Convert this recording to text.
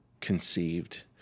conceived